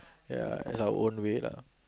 ya as our own way lah